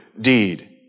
deed